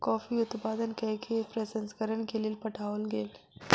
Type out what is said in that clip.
coffee उत्पादन कय के प्रसंस्करण के लेल पठाओल गेल